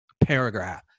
paragraph